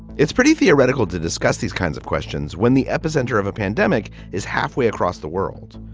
it's pretty theoretical to discuss these kinds of questions when the epicenter of a pandemic is halfway across the world.